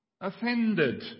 offended